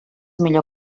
millor